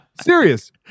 Serious